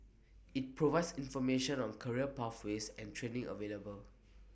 IT provides information on career pathways and training available